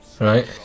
Right